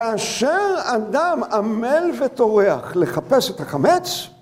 כאשר אדם עמל וטורח לחפש את החמץ